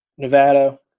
Nevada